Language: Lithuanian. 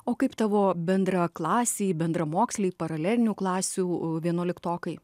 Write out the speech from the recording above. o kaip tavo bendraklasiai bendramoksliai paralelinių klasių vienuoliktokai